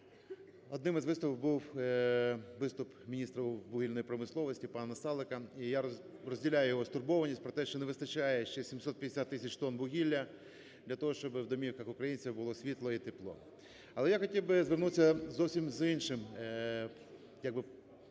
Одним із виступів був виступ міністра вугільної промисловості пана Насалика. І я розділяю його стурбованість про те, що не вистачає ще 750 тисяч тонн вугілля для того, щоби в домівках українців було світло і тепло. Але я хотів би звернутися зовсім з іншим,